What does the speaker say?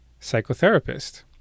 psychotherapist